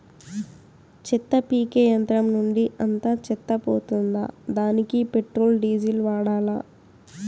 చెత్త పీకే యంత్రం నుండి అంతా చెత్త పోతుందా? దానికీ పెట్రోల్, డీజిల్ వాడాలా?